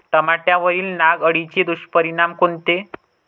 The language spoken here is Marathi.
टमाट्यावरील नाग अळीचे दुष्परिणाम कोनचे?